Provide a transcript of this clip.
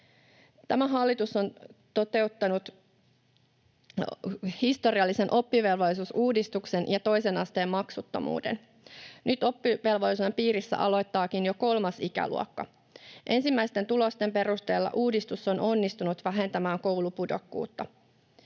Tämä hallitus on toteuttanut historiallisen oppivelvollisuusuudistuksen ja toisen asteen maksuttomuuden. Nyt oppivelvollisuuden piirissä aloittaakin jo kolmas ikäluokka. Ensimmäisten tulosten perusteella uudistus on onnistunut vähentämään koulupudokkuutta.